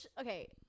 okay